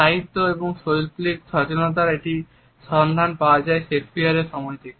সাহিত্য ও শৈল্পিক সচেতনতায় এটির সন্ধান পাওয়া যায় শেক্সপিয়ারের সময় থাকে